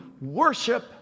worship